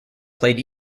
played